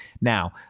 Now